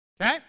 Okay